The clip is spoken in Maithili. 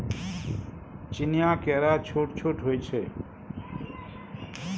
चीनीया केरा छोट छोट होइ छै